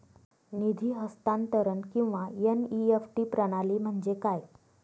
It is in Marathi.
निधी हस्तांतरण किंवा एन.ई.एफ.टी प्रणाली म्हणजे काय?